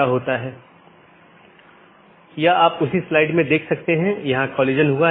वोह इसको यह ड्रॉप या ब्लॉक कर सकता है एक पारगमन AS भी होता है